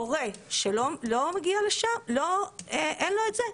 הורה שאין לו את זה,